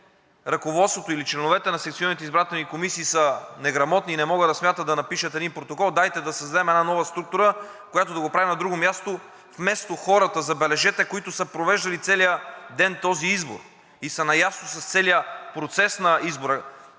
ръководството или членовете на секционните избирателни комисии са неграмотни и не могат да смятат, да напишат един протокол, дайте да създадем една нова структура, която да го прави на друго място, вместо хората, забележете, които са провеждали целия ден този избор и са наясно с целия процес на избора